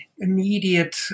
immediate